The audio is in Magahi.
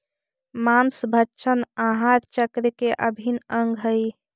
माँसभक्षण आहार चक्र का अभिन्न अंग हई